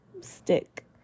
stick